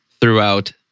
throughout